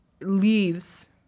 leaves